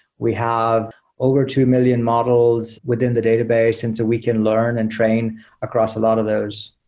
we have over two million models within the database, and so we can learn and train across a lot of those.